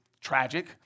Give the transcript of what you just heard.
tragic